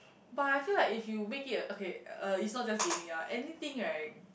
but I feel like if you make it a okay uh it's not just gaming ah anything right